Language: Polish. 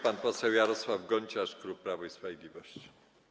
Pan poseł Jarosław Gonciarz, klub Prawo i Sprawiedliwość.